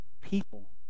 people